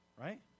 Right